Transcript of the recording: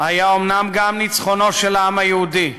היה אומנם גם ניצחונו של העם היהודי,